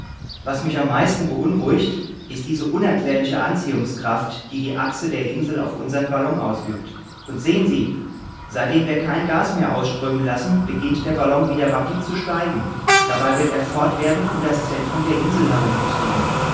was mich am meisten beunruhigt ist diese unerklärliche anziehungskraft die die achse der insel auf unsern ballon ausübt und sehen sie seitdem wir kein gas mehr ausströmen lassen beginnt der ballon wieder rapid zu steigen dabei wird er fortwährend um das zentrum der insel herumgetrieben